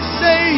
say